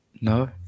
no